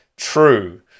true